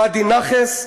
פאדי נחאס.